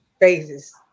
phases